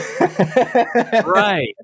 Right